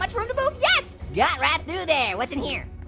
much room to move, yes! got right through there. what's in here?